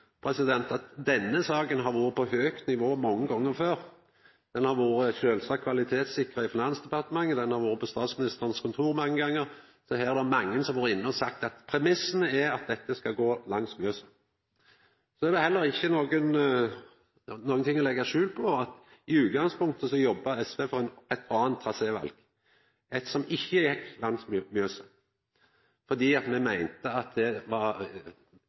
at denne saka har vore oppe på høgt nivå mange gonger før. Ho har sjølvsagt vore kvalitetssikra i Finansdepartementet, ho har vore på Statsministerens kontor mange gonger, så her er det mange som har vore inne og sagt at premissane er at dette skal gå langs Mjøsa. Så er det heller ikkje å leggja skjul på at i utgangspunktet jobba SV for eit anna traséval – eit som